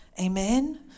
Amen